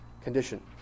condition